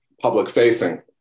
public-facing